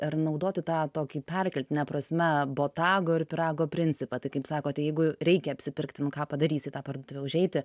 ar naudoti tą tokį perkeltine prasme botago ir pyrago principą tai kaip sakote jeigu reikia apsipirkti nu ką padarysi į tą parduotuvę užeiti